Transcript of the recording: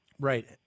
Right